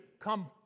come